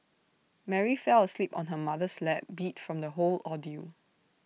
Mary fell asleep on her mother's lap beat from the whole ordeal